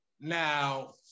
now